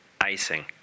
icing